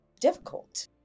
difficult